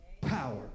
power